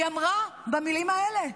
אמרה במילים האלה: